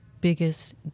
biggest